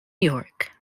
york